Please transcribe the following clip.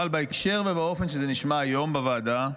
אבל בהקשר ובאופן שזה נשמע היום בוועדה,